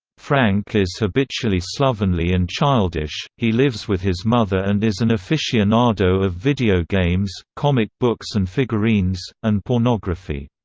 frank is habitually slovenly and childish he lives with his mother and is an aficionado of video games, comic books and figurines, and pornography.